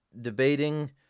debating